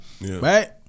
right